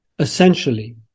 Essentially